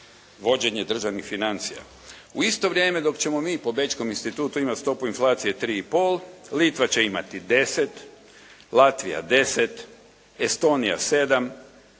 vođenje državnih financija. U isto vrijeme dok ćemo mi po Bečkom institutu imati stopu inflacije 3 i pol, Litva će imati 10, Latvija 10, Estonija 7,